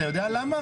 אתה יודע למה?